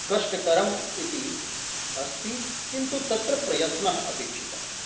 कष्टकरम् इति अस्ति किन्तु प्रयत्नः अपेक्षितः